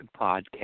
podcast